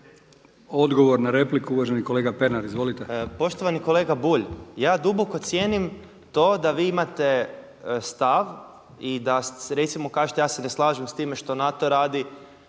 Odgovor na repliku uvaženi kolega Pernar. Izvolite. **Pernar, Ivan (Abeceda)** Poštovani kolega Bulj, ja duboko cijenim to da vi imate stav i da ste se recimo, kao što se ja ne slažem s time što NATO radi,